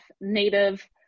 native